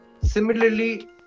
Similarly